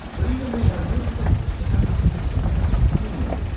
but even there. notice that it has a specific meaning.